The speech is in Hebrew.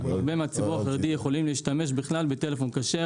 הרבה מהציבור החרדי יכולים להשתמש בטלפון כשר,